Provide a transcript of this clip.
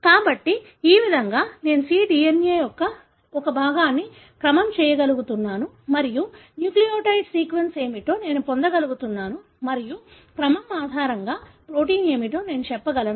కాబట్టి ఈ విధంగా నేను cDNA యొక్క ఒక భాగాన్ని క్రమం చేయగలుగుతున్నాను మరియు న్యూక్లియోటైడ్ సీక్వెన్స్ ఏమిటో నేను పొందగలుగుతున్నాను మరియు క్రమం ఆధారంగా ప్రోటీన్ ఏమిటో నేను చెప్పగలను